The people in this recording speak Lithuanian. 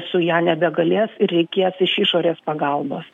su ja nebegalės ir reikės iš išorės pagalbos